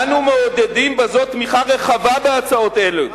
אנו מעודדים בזה תמיכה רחבה בהצעות אלה.